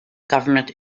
government